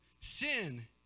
sin